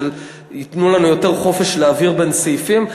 שייתנו לנו יותר חופש להעביר בין סעיפים,